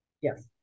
Yes